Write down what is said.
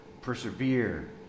persevere